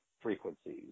frequencies